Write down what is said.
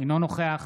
אינו נוכח